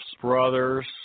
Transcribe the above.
brothers